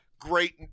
great